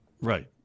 Right